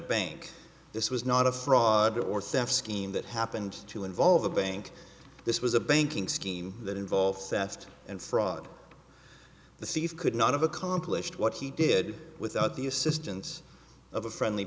bank this was not a fraud or theft scheme that happened to involve the bank this was a banking scheme that involves theft and fraud the cif could not have accomplished what he did without the assistance of a friendly